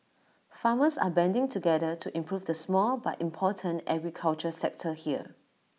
farmers are banding together to improve the small but important agriculture sector here